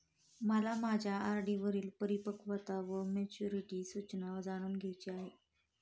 मला माझ्या आर.डी वरील परिपक्वता वा मॅच्युरिटी सूचना जाणून घ्यायची आहे